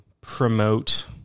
promote